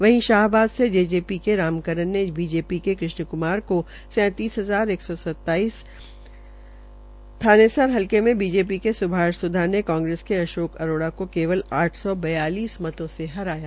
वही शाहबाद से जेजेपी के रामकरन ने बीजेपी के कृष्ण क्मार को सैंतीस हजार एक सौ सताईस लाने पर हलके में बीजेपी के सुभाष सुधा ने कांग्रेस के अशोक अरोड़ा को केवल आठ सौ बयालिस मतो से हराया